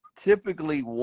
typically